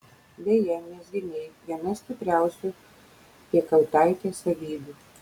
beje mezginiai viena stipriausių piekautaitės savybių